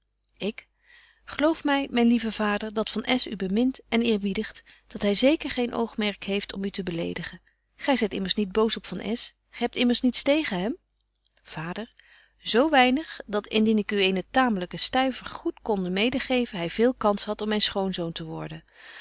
ik geloof my myn lieve vader dat van s u bemint en eerbiedigt dat hy zeker geen oogmerk heeft om u te beledigen gy zyt imbetje wolff en aagje deken historie van mejuffrouw sara burgerhart mers niet boos op van s gy hebt immers niets tegen hem vader z weinig dat indien ik u eene tamelyke stuiver goed konde mede geven hy veel kans hadt om myn schoonzoon te worden